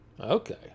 Okay